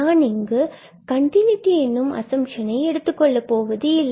நான் இங்கு கண்டினூட்டி எனும் அசம்ப்ஷனை எடுத்துக் கொள்ளப் போவதில்லை